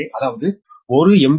ஏ அதாவது 1 எம்